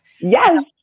Yes